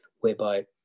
whereby